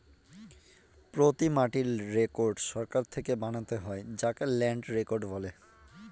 প্রতি মাটির রেকর্ড সরকার থেকে বানাতে হয় যাকে ল্যান্ড রেকর্ড বলে